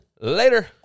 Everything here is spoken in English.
later